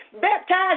baptized